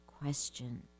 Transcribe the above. question